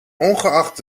ongeacht